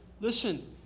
listen